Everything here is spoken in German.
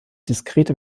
diskrete